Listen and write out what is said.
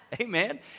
amen